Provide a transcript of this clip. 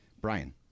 brian